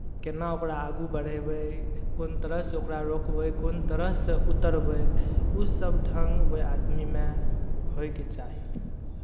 केना ओकरा आगू बढ़यबै कोन तरहसँ ओकरा रोकबै कोन तरहसँ उतरबै ओसभ ढङ्ग ओहि आदमीमे होयके चाही